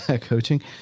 coaching